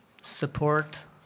support